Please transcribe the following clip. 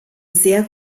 sehr